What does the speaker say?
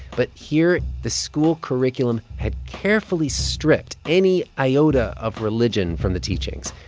but here, the school curriculum had carefully stripped any iota of religion from the teachings.